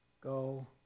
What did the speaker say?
go